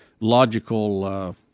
logical